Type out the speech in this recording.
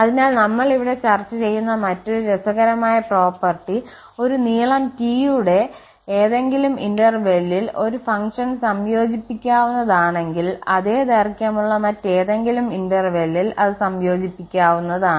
അതിനാൽ നമ്മൾ ഇവിടെ ചർച്ച ചെയ്യുന്ന മറ്റൊരു രസകരമായ പ്രോപ്പർട്ടി ഒരു നീളം T യുടെ ന്റെ ഏതെങ്കിലും ഇന്റർവെല്ലിൽ ഒരു ഫംഗ്ഷൻ സംയോജിപ്പിക്കാവുന്നതാണെങ്കിൽ അതേ ദൈർഘ്യമുള്ള മറ്റേതെങ്കിലും ഇന്റർവെല്ലിൽ അത് സംയോജിപ്പിക്കാവുന്നതാണ്